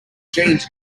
jeans